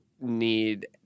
need